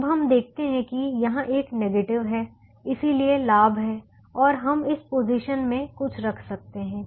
अब हम देखते हैं कि यहाँ एक नेगेटिव है इसलिए लाभ है और हम इस पोजीशन में कुछ रख सकते हैं